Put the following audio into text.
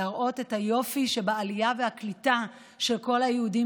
להראות את היופי שבעלייה והקליטה של כל היהודים